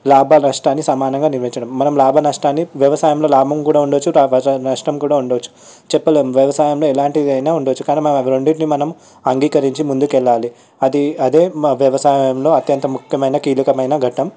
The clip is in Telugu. లాభనష్టాన్ని సమానంగా నివరించడం మనం లాభనష్టాన్ని వ్యవసాయంలో లాభం కూడా ఉండొచ్చు నష్టం కూడా ఉండొచ్చు చెప్పలేం వ్యవసాయంలో ఎలాంటిదైనా ఉండొచ్చు కానీ మనం ఆ రెండిటిని మనం అంగీకరించి ముందుకు వెళ్లాలి అది అదే వ్యవసాయంలో అత్యంత ముఖ్యమైన కీలకమైన ఘట్టం